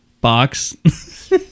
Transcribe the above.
box